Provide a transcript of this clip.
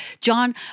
John